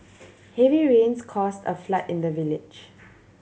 heavy rains caused a flood in the village